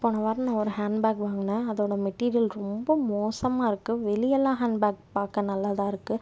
போன வாரம் நான் ஒரு ஹேண்ட்பேக் வாங்குனேன் அதோட மெட்டீரியல் ரொம்ப மோசமாக இருக்கு வெளியலாம் ஹேண்ட்பேக் பார்க்க நல்லா தான் இருக்கு